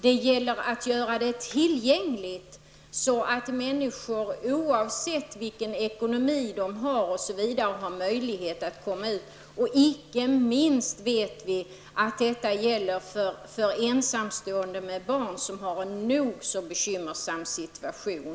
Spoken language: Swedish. Det gäller att göra detta tillgängligt så att människor oavsett sin ekonomi osv. har möjlighet att komma ut. Vi vet att detta inte minst gäller för ensamstående med barn, som har en nog så bekymmersam situation.